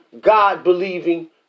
God-believing